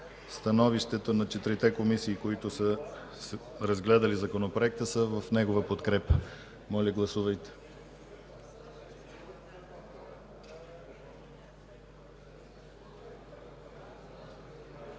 Становищата на четирите комисии, които са разгледали Законопроекта, са в негова подкрепа. Моля, гласувайте.